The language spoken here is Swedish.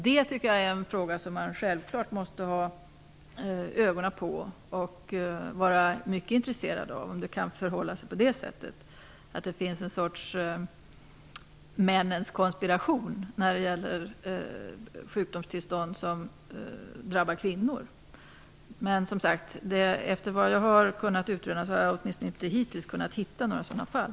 Det är en fråga som man självklart måste hålla ögonen på och intressera sig mycket för, om det kan förhålla sig så att det finns en sorts männens konspiration när det gäller sjukdomstillstånd som drabbar kvinnor. Efter vad jag har kunnat utröna har jag, åtminstone inte hittills, kunnat hitta några sådana fall.